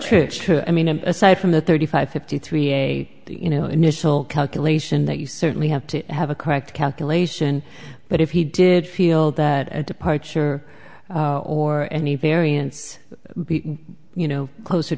like true i mean aside from the thirty five fifty three a you know initial calculation that you certainly have to have a crack calculation but if he did feel that a departure or any variance you know closer